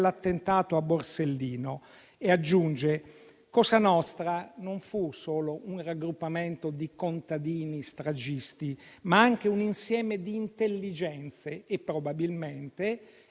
dell'attentato a Borsellino. Aggiunge che cosa nostra fu non solo un raggruppamento di contadini stragisti, ma anche un insieme di intelligenze e probabilmente